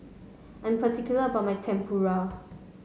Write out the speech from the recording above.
I'm particular about my Tempura